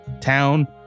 town